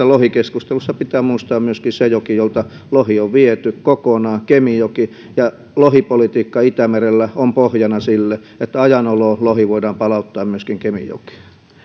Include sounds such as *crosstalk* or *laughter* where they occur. *unintelligible* lohikeskustelussa pitää muistaa myöskin se joki jolta lohi on viety kokonaan eli kemijoki lohipolitiikka itämerellä on pohjana sille että ajan oloon lohi voidaan palauttaa myöskin kemijokeen